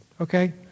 okay